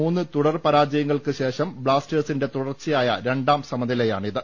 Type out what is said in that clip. മൂന്ന് തുടർ പരാജയങ്ങൾക്കുശേഷം ബ്ലാസ്റ്റേഴ്സിന്റെ തുടർച്ചയായ രണ്ടാം സമനിലയാണിത്